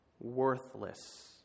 worthless